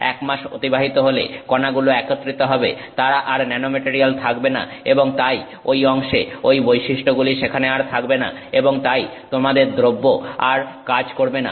এক মাস অতিবাহিত হলে কণাগুলো একত্রিত হবে তারা আর ন্যানোমেটারিয়াল থাকবে না এবং তাই ঐ অংশে ঐ বৈশিষ্ট্যগুলি সেখানে আর থাকবে না এবং তাই তোমাদের দ্রব্য আর কাজ করবে না